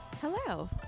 Hello